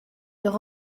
leur